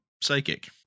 psychic